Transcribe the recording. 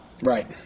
Right